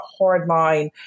hardline